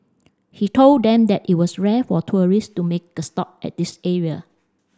he told them that it was rare for tourists to make a stop at this area